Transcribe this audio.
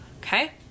Okay